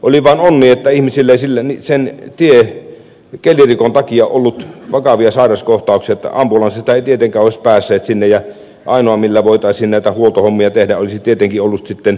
oli vaan onni että ihmisillä ei sen kelirikon aikana ollut vakavia sairaskohtauksia koska ambulanssithan eivät tietenkään olisi päässeet sinne ja ainoa millä olisi voitu näitä huoltohommia tehdä olisi tietenkin ollut helikopteri